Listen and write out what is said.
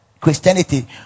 Christianity